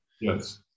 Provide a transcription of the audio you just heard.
Yes